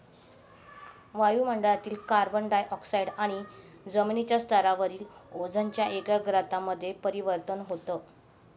वायु मंडळातील carbon dioxide आणि जमिनीच्या स्तरावरील ओझोनच्या एकाग्रता मध्ये परिवर्तन होतं